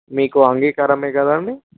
మీకు అంగీకారం కదండి